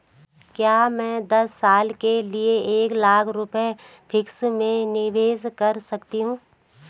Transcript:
क्या मैं दस साल के लिए एक लाख रुपये फिक्स में निवेश कर सकती हूँ?